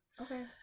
Okay